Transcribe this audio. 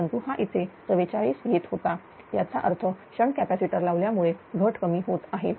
परंतु हा इथे 44 येत होता याचा अर्थ शंट कॅपॅसिटर लावल्यामुळे घट कमी होत आहे